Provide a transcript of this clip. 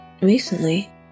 recently